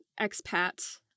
expat